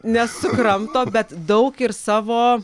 nesukramto bet daug ir savo